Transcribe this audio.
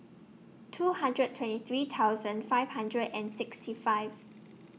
two hundred twenty three thousand five hundred and sixty five